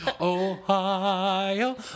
Ohio